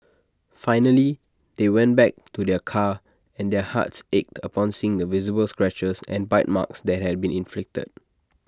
finally they went back to their car and their hearts ached upon seeing the visible scratches and bite marks that had been inflicted